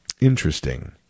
interesting